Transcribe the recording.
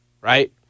Right